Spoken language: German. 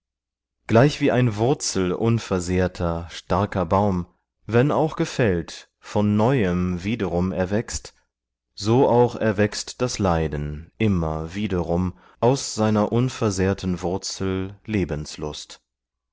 neu gleichwie ein wurzelunversehrter starker baum wenn auch gefällt von neuem wiederum erwächst so auch erwächst das leiden immer wiederum aus seiner unversehrten wurzel lebenslust